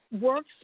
works